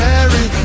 Mary